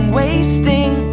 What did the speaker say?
wasting